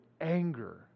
anger